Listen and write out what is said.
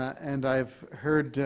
and i've heard